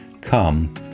come